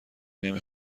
نمی